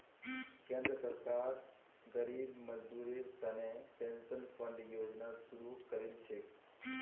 केंद्र सरकार गरीब मजदूरेर तने पेंशन फण्ड योजना शुरू करील छेक